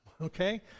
Okay